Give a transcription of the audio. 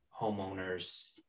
homeowners